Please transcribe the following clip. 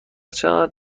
چقدر